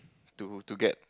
to to get